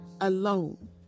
alone